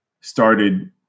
started